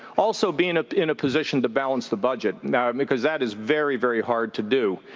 also being in a position to balance the budget, because that is very, very hard to do.